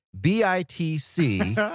B-I-T-C